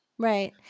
Right